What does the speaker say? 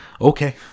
okay